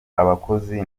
abakozi